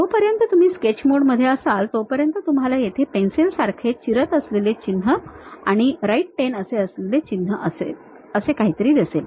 जोपर्यंत तुम्ही स्केच मोडमध्ये असालतोपर्यंत तुम्हाला येथे पेन्सिल सारखे चिरत असलेले चिन्ह आणि राइट10 असे असलेले चिन्ह असे काहीतरी दिसेल